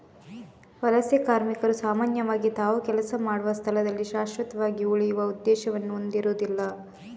ವಲಸೆ ಕಾರ್ಮಿಕರು ಸಾಮಾನ್ಯವಾಗಿ ತಾವು ಕೆಲಸ ಮಾಡುವ ಸ್ಥಳದಲ್ಲಿ ಶಾಶ್ವತವಾಗಿ ಉಳಿಯುವ ಉದ್ದೇಶವನ್ನು ಹೊಂದಿರುದಿಲ್ಲ